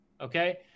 okay